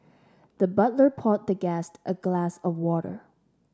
the butler poured the guest a glass of water